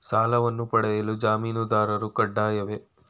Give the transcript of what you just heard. ಸಾಲವನ್ನು ಪಡೆಯಲು ಜಾಮೀನುದಾರರು ಕಡ್ಡಾಯವೇ?